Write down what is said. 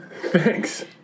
thanks